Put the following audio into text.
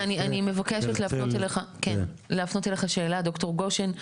אני מבקשת להפנות אליך שתי שאלות, דוקטור גושן.